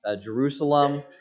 Jerusalem